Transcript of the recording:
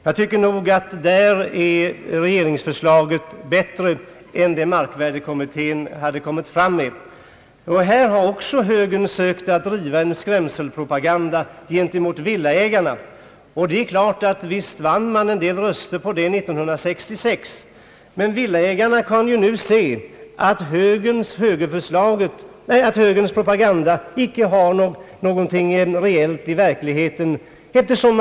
Jag tycker nog att regeringsförslaget därvidlag är bättre än det markvärdekommittén hade kommit fram till. även i detta fall har högern sökt driva en skrämselpropaganda gentemot villaägarna. Visst vann högern en del röster på det i valet 1966, men villaägarna kan nu se att högerns propaganda inte hade något verkligt innehåll.